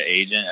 agent